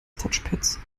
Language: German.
touchpads